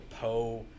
Poe